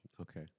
Okay